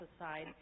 aside